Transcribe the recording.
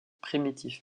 primitif